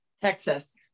Texas